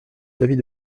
l’avis